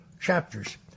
chapters